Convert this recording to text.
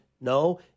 No